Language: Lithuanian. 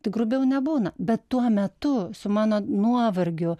tai grubiau nebūna bet tuo metu su mano nuovargiu